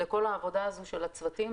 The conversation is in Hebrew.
לכל העבודה הזו של הצוותים,